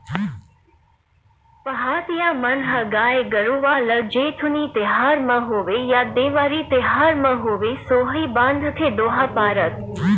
पहाटिया मन ह गाय गरुवा ल जेठउनी तिहार म होवय या देवारी तिहार म होवय सोहई बांधथे दोहा पारत